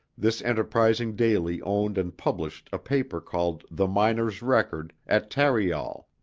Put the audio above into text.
this enterprising daily owned and published a paper called the miner's record at tarryall,